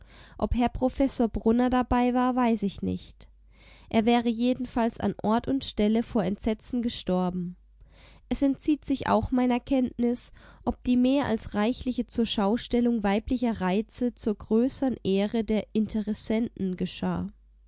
ob herr professor brunner dabei war weiß ich nicht er wäre jedenfalls an ort und stelle vor entsetzen gestorben es entzieht sich auch meiner kenntnis ob die mehr als reichliche zurschaustellung weiblicher reize zur größern ehre der interessenten geschah